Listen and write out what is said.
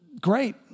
Great